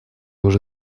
уже